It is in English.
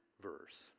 verse